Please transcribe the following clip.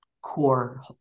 core